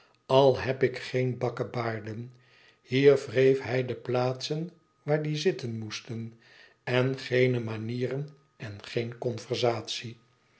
al heb ik geen bakkebaarden hier wreef hij de plaatsen waar die zitten moesten en geene manieren en geen conversatie